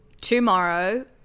Tomorrow